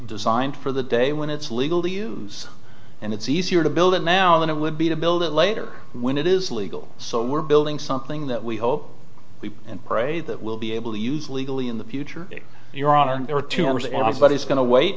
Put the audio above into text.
designed for the day when it's legal to use and it's easier to build it now than it would be to build it later when it is legal so we're building something that we hope and pray that we'll be able to use legally in the future your honor there are two arms but he's going to wait